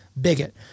bigot